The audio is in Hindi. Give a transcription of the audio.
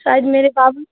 शायद मेरे बाद